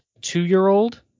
two-year-old